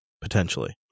potentially